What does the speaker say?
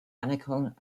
anerkennung